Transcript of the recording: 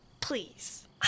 Please